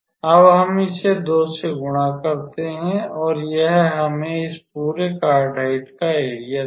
अब हम इसे 2 से गुणा करते हैं और यह हमें इस पूरे कार्डियोइड का एरिया देगा